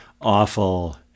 awful